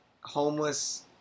Homeless